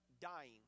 dying